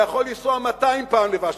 אתה יכול לנסוע 200 פעם לוושינגטון.